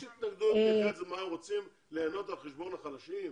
הם רוצים ליהנות על חשבון החלשים?